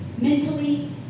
mentally